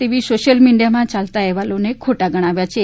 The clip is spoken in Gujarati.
તેવી સોશ્યલ મિડિયામાં યાલતા અહેવાલોને ખોટા ગણાવ્યા છે